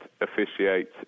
officiate